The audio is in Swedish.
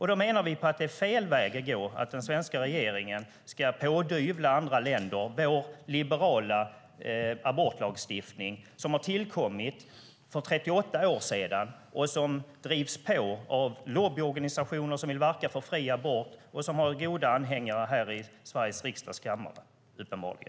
Då menar vi att det är fel väg att gå att den svenska regeringen ska pådyvla andra länder vår liberala abortlagstiftning, som har tillkommit för 38 år sedan och som drivs på av lobbyorganisationer som vill verka för fri abort. Uppenbarligen har de goda anhängare här i Sveriges riksdags kammare.